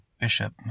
bishop